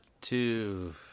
Two